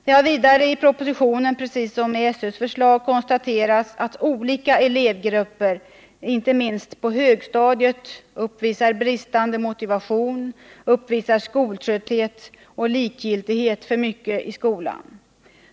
Det har vidare i propositionen liksom i SÖ:s förslag konstaterats att olika elevgrupper, inte minst på högstadiet, uppvisar bristande motivation, skoltrötthet och likgiltighet för mycket i skolan.